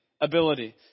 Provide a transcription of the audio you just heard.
ability